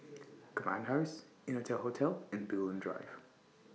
Command House Innotel Hotel and Bulim Drive